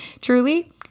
truly